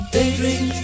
Daydream